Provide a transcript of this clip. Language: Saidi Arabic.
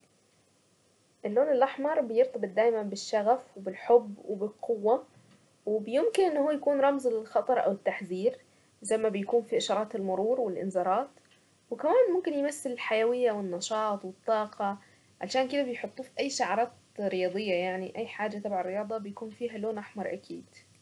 اللون الاحمر بيرتبط دايما بالشغف وبالحب وبالقوة وبيمكن ان هو يكون رمز للخطر او التحذير زي ما بيكون في اشارات المرور والانذارات وكمان ممكن يمثل الحيوية والنشاط والطاقة عشان كدا بيحطوه في اي شعرات رياضية يعني اي حاجة تبع الرياضة بيكون فيها لون احمر أكيد.